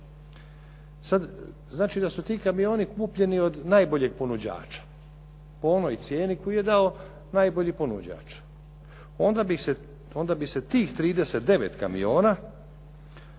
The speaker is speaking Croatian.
znači da su ti kamioni kupljeni od najboljeg ponuđača po onoj cijeni koju je dao najbolji ponuđač. Onda bi se tih 39 kamiona